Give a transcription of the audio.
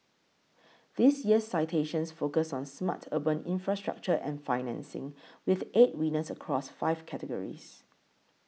this year's citations focus on smart urban infrastructure and financing with eight winners across five categories